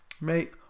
Mate